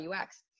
UX